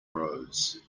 rose